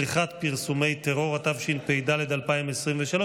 התשפ"ד 2023,